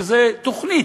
שזה תוכנית,